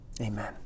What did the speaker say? Amen